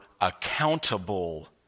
accountable